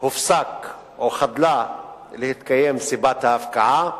הופסקה או חדלה להתקיים סיבת ההפקעה,